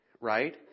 Right